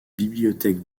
bibliothèques